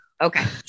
Okay